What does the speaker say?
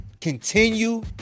continue